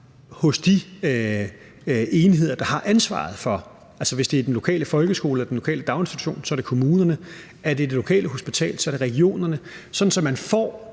hos de enheder, der har ansvaret. Altså, hvis det er den lokale folkeskole eller den lokale daginstitution, så er det kommunerne; er det det lokale hospital, er det regionerne – sådan at man får